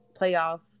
playoff